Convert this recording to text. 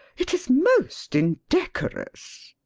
it is most indecorous.